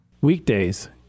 Weekdays